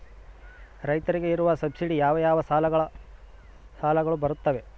ರೈತರಿಗೆ ಇರುವ ಸಬ್ಸಿಡಿ ಯಾವ ಯಾವ ಸಾಲಗಳು ಬರುತ್ತವೆ?